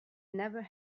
never